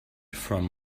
from